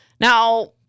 Now